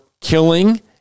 killing